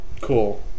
Cool